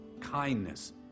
kindness